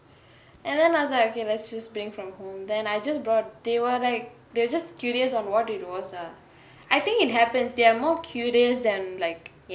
and then I was like okay let's just bring from home then I just brought they were like they were just curious on what it was lah I think it happens they are more curious then like என்ன சாப்பட்ராங்கே:enna saapdrangae it's more towards like the people who are like